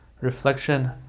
Reflection